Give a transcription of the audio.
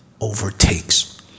overtakes